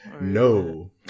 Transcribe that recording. No